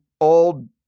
old